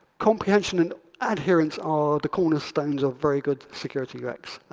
comprehension and adherence are the cornerstones of very good security ux.